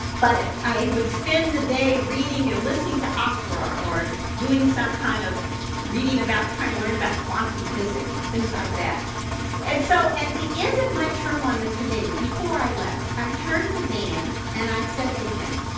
but i would spend the day reading, you know, listening to opera or doing some kind of reading about, trying to learn about quantum physics or things like that and so, at the end of my term on the committee, before i left, i turned to dan and i said to him,